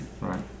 right